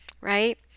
right